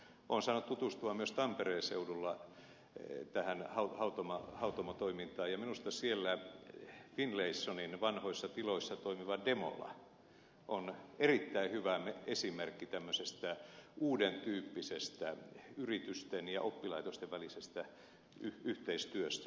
olen saanut tutustua myös tampereen seudulla tähän hautomotoimintaan ja minusta siellä finlaysonin vanhoissa tiloissa toimiva demola on erittäin hyvä esimerkki tämmöisestä uuden tyyppisestä yritysten ja oppilaitosten välisestä yhteistyöstä